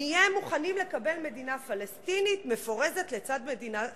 נהיה מוכנים לקבל מדינה פלסטינית מפורזת לצד מדינה יהודית.